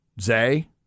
Zay